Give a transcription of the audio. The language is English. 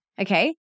okay